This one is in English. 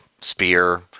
spear